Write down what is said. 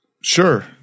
Sure